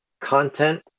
content